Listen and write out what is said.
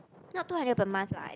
not two hundred per month lah